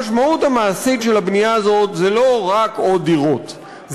המשמעות המעשית של הבנייה הזאת זה לא רק עוד דירות,